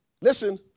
listen